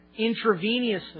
intravenously